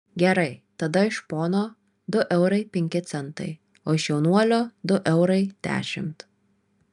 gerai tada iš pono du eurai penki centai o iš jaunuolio du eurai dešimt